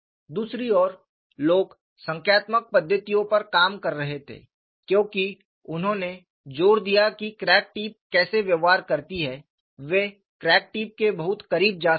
दूसरी ओर लोग संख्यात्मक पद्धतियों पर काम कर रहे थे क्योंकि उन्होंने जोर दिया की क्रैक टिप कैसे व्यवहार करती हैं वे क्रैक टिप के बहुत करीब जा सकते हैं